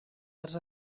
arts